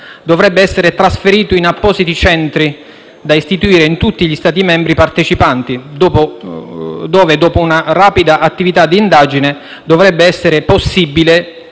dovrebbe essere trasferito in appositi centri da istituire in tutti gli Stati membri partecipanti, dove dopo una rapida attività di indagine dovrebbe essere possibile